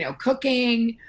you know cooking,